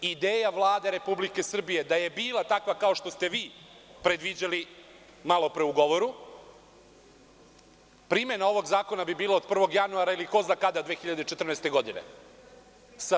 Ideja Vlade Republike Srbije da je bila takva kao što ste vi predviđali malopre u govoru primena ovog zakona bi bila od 1. januara, ili ko zna kada, 2014. godine.